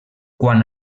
quan